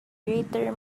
greater